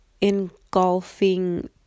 engulfing